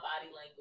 language